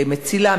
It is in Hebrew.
מציל"ה,